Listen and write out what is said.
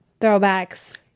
throwbacks